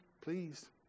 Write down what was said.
Please